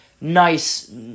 nice